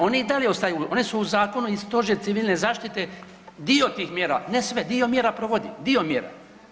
One i dalje ostaju, one su u zakonu i Stožer civilne zaštite dio tih mjera, ne sve, dio mjera provodi, dio mjera.